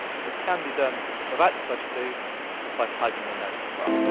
this can be done without the posh two just by typing in notes as well.